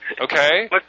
Okay